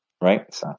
right